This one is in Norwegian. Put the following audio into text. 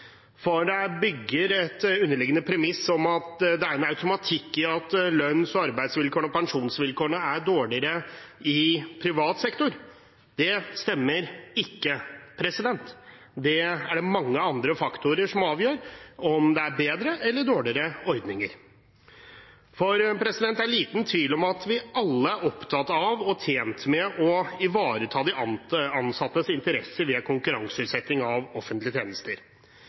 bygger på et underliggende premiss om at det er en automatikk i at lønns- og arbeidsvilkårene og pensjonsvilkårene er dårligere i privat sektor. Det stemmer ikke. Det er det mange andre faktorer som avgjør, om det er bedre eller dårligere ordninger. Det er liten tvil om at vi alle er opptatt av og tjent med å ivareta de ansattes interesser ved konkurranseutsetting av offentlige tjenester.